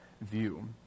view